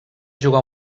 jugar